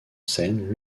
scène